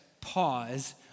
pause